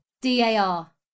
d-a-r